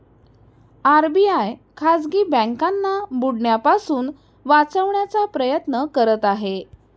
RBI खाजगी बँकांना बुडण्यापासून वाचवण्याचा प्रयत्न करत आहे